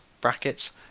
Brackets